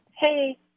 Hey